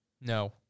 No